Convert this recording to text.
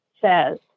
says